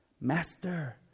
Master